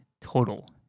total